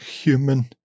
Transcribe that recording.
human